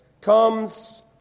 comes